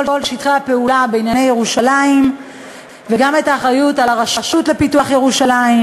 שטחי הפעולה בענייני ירושלים וגם את האחריות לרשות לפיתוח ירושלים,